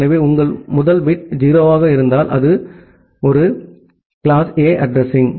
எனவே உங்கள் முதல் பிட் 0 ஆக இருந்தால் அது ஒரு கிளாஸ் A அட்ரஸிங்